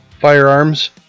firearms